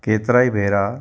केतिरा ई भेरा